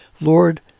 Lord